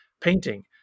painting